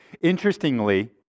Interestingly